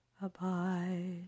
abide